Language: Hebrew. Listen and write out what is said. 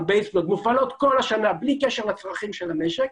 הן מופעלות כל השנה בלי קשר לצרכים של המשק,